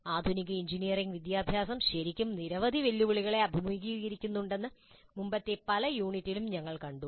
ആധുനിക എഞ്ചിനീയറിംഗ് വിദ്യാഭ്യാസം ശരിക്കും നിരവധി വെല്ലുവിളികളെ അഭിമുഖീകരിക്കുന്നുണ്ടെന്ന് മുമ്പത്തെ യൂണിറ്റിലും ഞങ്ങൾ കണ്ടു